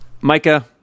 Micah